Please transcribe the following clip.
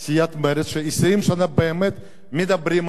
ש-20 שנה באמת מדברים על הנושא הזה.